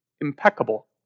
impeccable